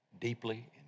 Deeply